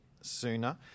sooner